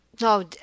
no